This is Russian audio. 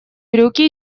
брюки